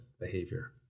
behavior